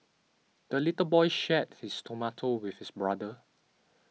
the little boy shared his tomato with his brother